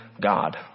God